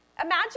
Imagine